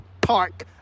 Park